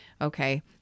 Okay